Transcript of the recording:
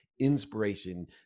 inspiration